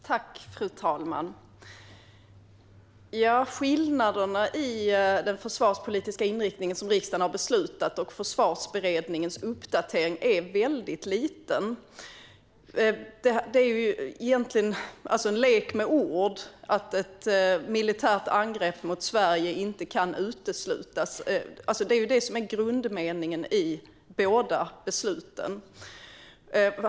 Fru talman! Skillnaderna i den försvarspolitiska inriktning som riksdagen har beslutat och Försvarsberedningens uppdatering är väldigt liten. Det är egentligen en lek med ord. Att ett militärt angrepp mot Sverige inte kan uteslutas är grundmeningen i båda besluten.